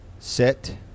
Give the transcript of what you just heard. Set